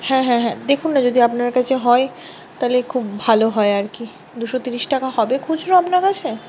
হ্যাঁ হ্যাঁ হ্যাঁ দেখুন না যদি আপনার কাছে হয় তাহলে খুব ভালো হয় আর কি দুশো ত্রিশ টাকা হবে খুচরো আপনার কাছে